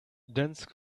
dense